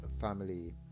family